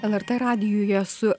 lrt radijuje su